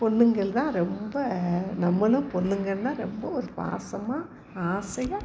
பொண்ணுங்கள் தான் ரொம்ப நம்பளும் பெண்ணுங்கன்னால் ரொம்ப ஒரு பாசமாக ஆசையாக